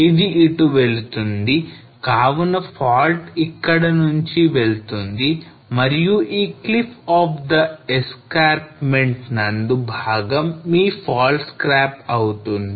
ఇది ఇటు వెళుతుంది కావున fault ఇక్కడ నుంచి వెళ్తుంది మరియు ఈ cliff of the escarpment నందు భాగం మీ fault scarp అవుతుంది